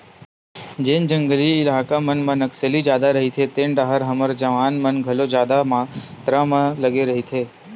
जेन जंगली इलाका मन म नक्सली जादा रहिथे तेन डाहर हमर जवान मन घलो जादा मातरा लगे रहिथे